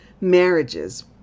marriages